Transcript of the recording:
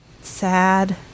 sad